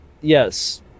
Yes